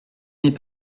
n’est